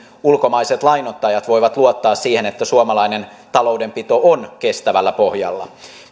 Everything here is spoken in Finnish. ulkomaiset lainoittajat voivat luottaa siihen että suomalainen taloudenpito on kestävällä pohjalla